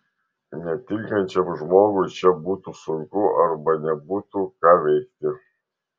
netikinčiam žmogui čia būtų sunku arba nebūtų ką veikti